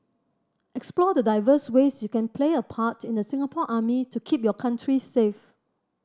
explore the diverse ways you can play a part in the Singapore Army to keep your country safe